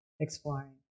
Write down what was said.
exploring